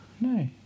No